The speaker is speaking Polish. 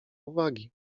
uwagi